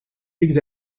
pigs